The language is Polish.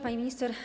Pani Minister!